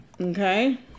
Okay